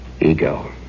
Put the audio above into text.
ego